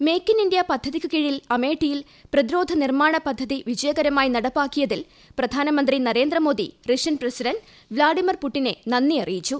make in India പദ്ധതിക്ക് കീഴിൽ അമേഠിയിൽ പ്രതിരോധ നിർമ്മാണ പദ്ധതി വിജയകരമായി നടപ്പാക്കിയതിൽ പ്രധാനമന്ത്രി നരേന്ദ്രമോദി റഷ്യൻ പ്രസിഡന്റ് വ്ളാഡിമർ പുട്ടിനെ നന്ദി അറിയിച്ചു